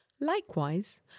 Likewise